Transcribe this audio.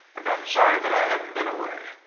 sorry, but i haven't been away.